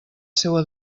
seua